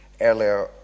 earlier